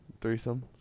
Threesome